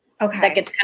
Okay